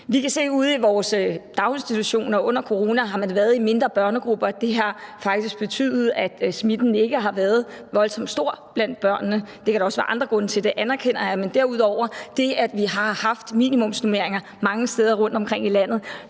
Vi kan se ude i vores daginstitutioner, at man under corona har været i mindre børnegrupper, og at det faktisk har betydet, at smitten ikke har været voldsom stor blandt børnene. Det kan der også være andre grunde til, det anerkender jeg, men det skyldes også, at vi derudover har haft minimumsnormeringer mange steder rundtomkring i landet.